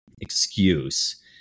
excuse